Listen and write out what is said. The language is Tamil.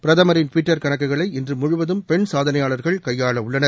பிரதமரின் டுவிட்டர் கணக்குகளை இன்று முழுவதும் பெண் சாதனையாளர்கள் கையாள உள்ளனர்